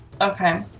Okay